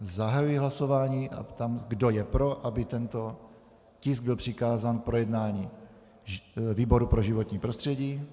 Zahajuji hlasování a ptám se, kdo je pro, aby tento tisk byl přikázán k projednání výboru pro životní prostředí.